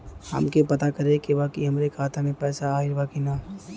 हमके पता करे के बा कि हमरे खाता में पैसा ऑइल बा कि ना?